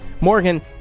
Morgan